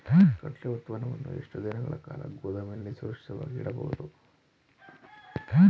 ಕಡ್ಲೆ ಉತ್ಪನ್ನವನ್ನು ಎಷ್ಟು ದಿನಗಳ ಕಾಲ ಗೋದಾಮಿನಲ್ಲಿ ಸುರಕ್ಷಿತವಾಗಿ ಇಡಬಹುದು?